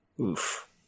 Oof